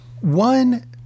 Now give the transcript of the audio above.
One